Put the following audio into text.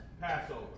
Passover